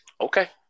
Okay